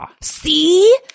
See